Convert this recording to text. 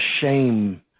shame